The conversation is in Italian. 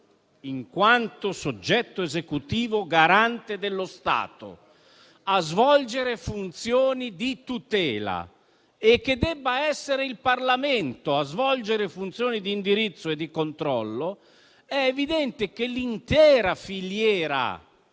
in quanto soggetto esecutivo garante dello Stato, a svolgere funzioni di tutela e debba essere il Parlamento a svolgere funzioni di indirizzo e di controllo, l'intera filiera